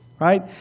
Right